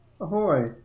ahoy